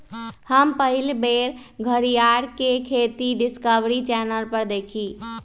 हम पहिल बेर घरीयार के खेती डिस्कवरी चैनल पर देखली